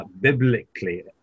biblically